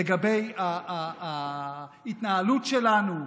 לגבי ההתנהלות שלנו,